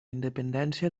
independència